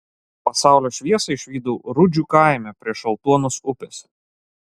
pasaulio šviesą išvydau rudžių kaime prie šaltuonos upės